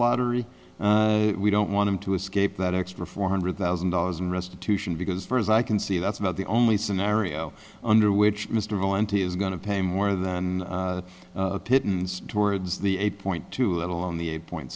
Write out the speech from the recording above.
lottery we don't want him to escape that extra four hundred thousand dollars in restitution because for as i can see that's about the only scenario under which mr valenti is going to pay more than a pittance towards the eight point two little on the eight point